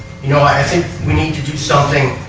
you know i think we need to do something